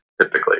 typically